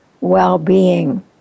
well-being